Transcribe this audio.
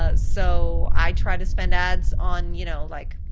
ah so i try to spend ads on you know like